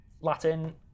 latin